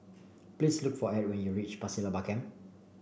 please look for Edd when you reach Pasir Laba Camp